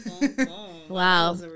wow